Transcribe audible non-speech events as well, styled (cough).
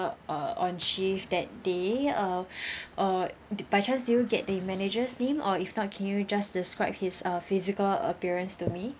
uh on shift that day uh (breath) uh did by chance do you get the manager's name or if not can you just describe his uh physical appearance to me